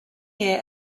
year